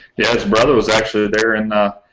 yeah his mother was actually there and ah.